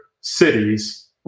cities